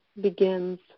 begins